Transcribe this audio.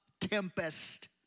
Tempest